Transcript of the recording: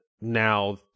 now